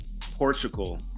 Portugal